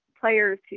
players